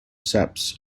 steps